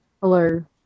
Hello